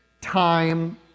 time